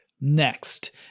next